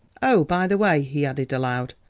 oh, by the way, he added aloud,